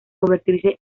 convertirse